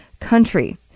country